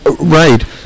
Right